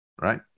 right